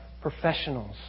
professionals